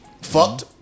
fucked